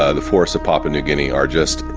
ah the forests of papua new guinea are just,